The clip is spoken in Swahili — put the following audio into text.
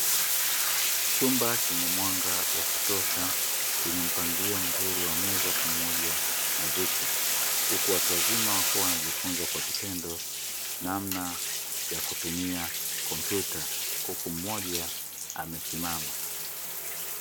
Chumba chenye mwanga wa kutosha chenye mpangilio mzuri wa meza pamoja na viti huku watu wazima wakiwa wanajifunza kwa vitendo namna ya kutumia kompyuta huku mmoja amesimama.